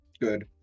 Good